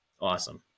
awesome